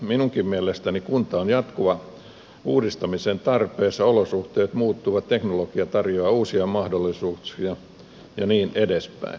minunkin mielestäni kunta on jatkuvan uudistamisen tarpeessa olosuhteet muuttuvat teknologia tarjoaa uusia mahdollisuuksia ja niin edelleen